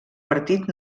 partit